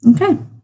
Okay